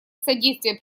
содействия